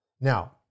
Now